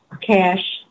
cash